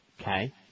Okay